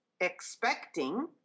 expecting